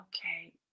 Okay